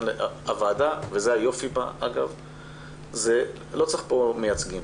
הוועדה, וזה היופי בה, שלא צריך כאן מייצגים.